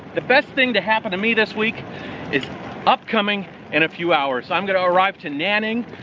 the best thing to happen to me this week is upcoming in a few hours. i'm going to arrive to nanning,